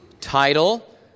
title